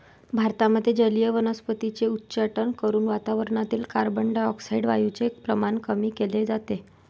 भारतामध्ये जलीय वनस्पतींचे उच्चाटन करून वातावरणातील कार्बनडाय ऑक्साईड वायूचे प्रमाण कमी केले जाते